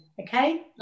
okay